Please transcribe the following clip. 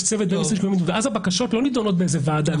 יש צוות כזה ואז הבקשות לא נדונות באיזו ועדה אלא